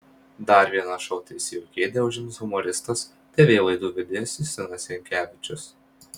dar vieną šou teisėjo kėdę užims humoristas tv laidų vedėjas justinas jankevičius